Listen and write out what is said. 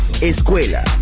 escuela